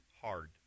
hard